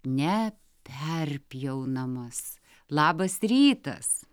ne perpjaunamas labas rytas